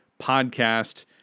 podcast